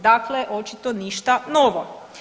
Dakle, očito ništa novo.